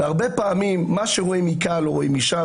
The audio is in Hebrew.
והרבה פעמים מה שרואים מכאן לא רואים משם.